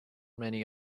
many